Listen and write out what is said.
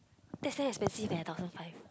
that say expensive leh thousand five